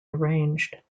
arranged